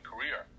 career